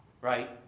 Right